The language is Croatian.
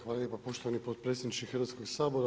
Hvala lijepa poštovani potpredsjedniče Hrvatskoga sabora.